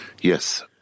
Yes